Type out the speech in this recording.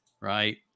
right